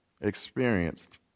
experienced